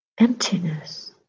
emptiness